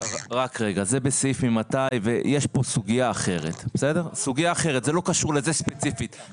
יש פה סוגייה אחרת; זה לא קשור לזה, ספציפית.